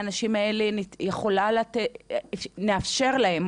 והאם נאפשר להם,